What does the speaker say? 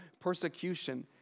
persecution